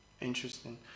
Interesting